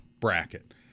bracket